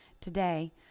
Today